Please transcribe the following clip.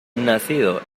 nacido